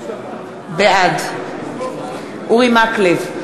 בעד אורי מקלב,